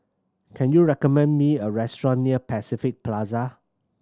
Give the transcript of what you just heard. can you recommend me a restaurant near Pacific Plaza